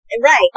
right